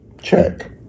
check